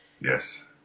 Yes